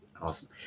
Awesome